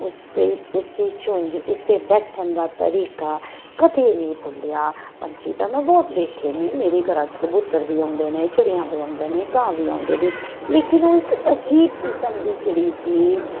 ਉਸਦੇ ਉਸਦੀ ਚੁੰਝ ਉਸਦੇ ਬੈਠਣ ਦਾ ਤਰੀਕਾ ਕਦੇ ਨੀ ਭੁੱਲਿਆ ਪੰਛੀ ਤਾਂ ਮੈਂ ਬਹੁਤ ਵੇਖੇ ਨੇ ਮੇਰੇ ਘਰਾਂ ਚ ਕਬੂਤਰ ਵੀ ਆਉਂਦੇ ਨੇ ਚਿੜੀਆਂ ਵੀ ਆਉਂਦੇ ਨੇ ਕਾਂ ਵੀ ਆਉਂਦੇ ਨੇ ਲੇਕਿਨ ਉਹ ਇੱਕ ਅਜੀਬ ਕਿਸਮ ਦੀ ਚਿੜੀ ਸੀ